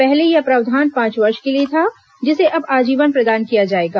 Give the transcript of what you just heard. पहले यह प्रावधान पांच वर्ष के लिए था जिसे अब आजीवन प्रदान किया जाएगा